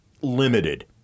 Limited